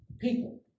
people